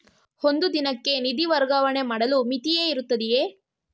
ಒಂದು ದಿನಕ್ಕೆ ನಿಧಿ ವರ್ಗಾವಣೆ ಮಾಡಲು ಮಿತಿಯಿರುತ್ತದೆಯೇ?